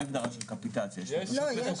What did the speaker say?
יש הפניה.